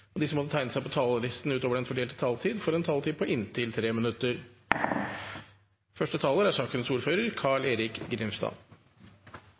og de som måtte tegne seg på talerlisten utover den fordelte taletid, får en taletid på inntil 3 minutter. Jeg er